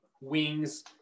wings